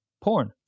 Porn